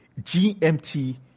GMT